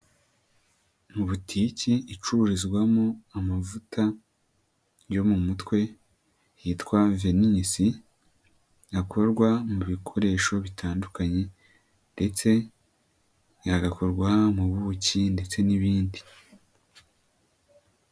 Ni butiki icururizwamo amavuta yo mu mutwe hitwa Venus akorwa mu bikoresho bitandukanye ndetse agakorwa mu buki ndetse n'ibindi.